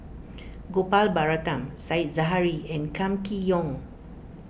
Gopal Baratham Said Zahari and Kam Kee Yong